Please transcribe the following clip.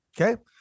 okay